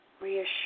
reassure